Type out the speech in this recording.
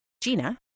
Gina